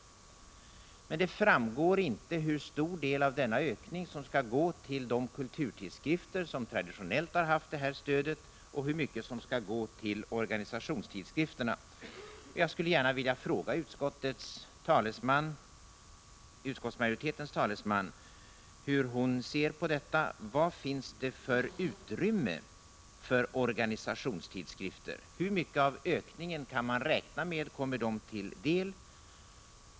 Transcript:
Men det framgår inte hur stor del av denna ökning som skall gå till de kulturtidskrifter som traditionellt har haft detta stöd och hur mycket som skall gå till organisationstidskrifterna. Jag skulle gärna vilja fråga utskottsmajoritetens talesman hur hon ser på detta. Vad finns det för utrymme för organisationstidskrifter? Hur mycket av ökningen kan beräknas komma dem till del?